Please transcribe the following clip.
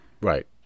Right